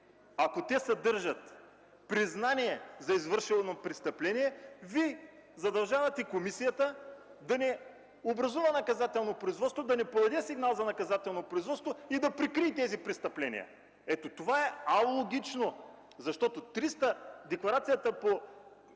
ако те съдържат признание за извършено престъпление, Вие задължавате комисията да не образува наказателно производство, да не подаде сигнал за наказателно производство и да прикрие тези престъпления. Ето това е алогично, защото задължението по